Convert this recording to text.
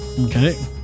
okay